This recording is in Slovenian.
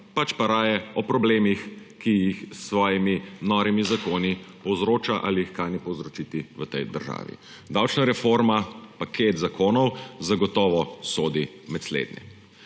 pač pa raje o problemih, ki jih s svojimi norimi zakoni povzroča ali jih kane povzročiti v tej državi. Davčna reforma, paket zakonov zagotovo sodi med slednje.